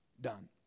done